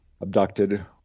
abducted